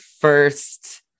first